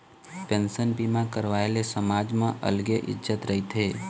pension बीमा करवाए ले समाज म अलगे इज्जत रहिथे